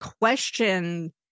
question